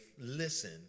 listen